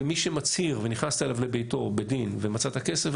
ומי שמצהיר ונכנסת אליו לביתו בדין ומצאת כסף,